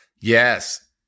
Yes